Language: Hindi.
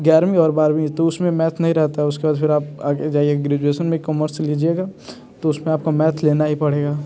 ग्यारवीं और बारवीं तो उसमें मैथ नहीं रहता है उसके बाद फिर आप आगे जाइये ग्रेजुएशन में कॉमर्स लीजिएगा तो उसमें आपको मैथ लेना ही पड़ेगा